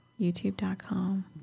YouTube.com